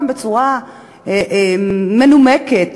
בצורה מנומקת,